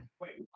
Wait